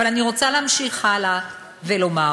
אבל אני רוצה להמשיך הלאה ולומר: